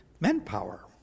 manpower